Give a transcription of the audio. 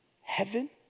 Heaven